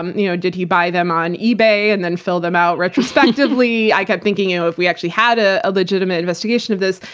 um you know did he buy them on ebay and then fill them out retrospectively. i kept thinking you know if we actually had a legitimate investigation of this.